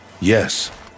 Yes